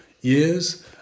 years